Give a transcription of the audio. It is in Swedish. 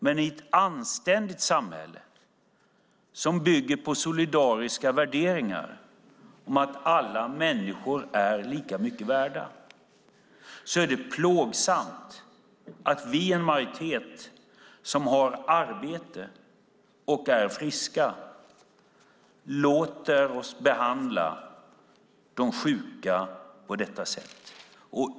Men i ett anständigt samhälle, som bygger på solidariska värderingar om att alla människor är lika mycket värda, är det plågsamt att vi i den majoritet som har arbete och är friska låter de sjuka behandlas på detta sätt.